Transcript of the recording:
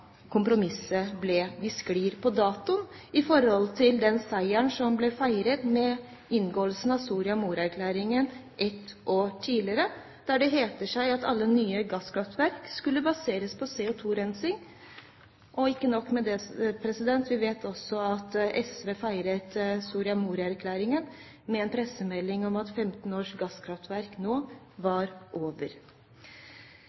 kompromisset ble, de sklir på datoen i forhold til den seieren som ble feiret med inngåelsen av Soria Moria-erklæringen et år tidligere, der det heter at alle nye gasskraftverk skulle baseres på CO2-rensing. Og ikke nok med det, vi vet også at SV feiret Soria Moria-erklæringen med en pressemelding om at 15 års kamp om gasskraftverk nå